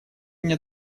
мне